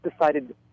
decided